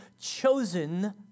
chosen